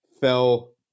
fell